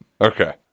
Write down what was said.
Okay